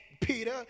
Peter